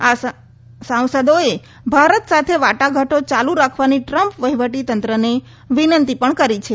આ સાંસદોએ ભારત સાથે વાટાઘાટો ચાલુ રાખવાની ટ્રમ્પ વહીવટી તંત્રને વિનંતી પણ કરી છે